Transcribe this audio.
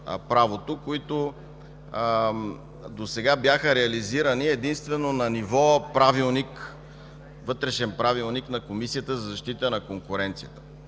които досега бяха реализирани единствено на ниво – вътрешен правилник на Комисията за защита на конкуренцията.